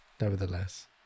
nevertheless